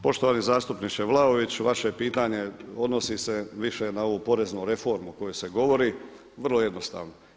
Poštovani zastupniče Vlaović vaše pitanje odnosi se više na ovu poreznu reformu o kojoj se govori, vrlo jednostavno.